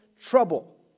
trouble